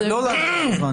לא להגביל בזמן.